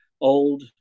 old